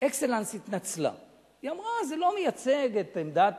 "אקסלנס" התנצלה ואמרה שזה לא מייצג את עמדת